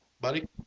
Buddy